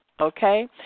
okay